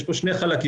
יש פה שני חלקים,